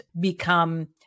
become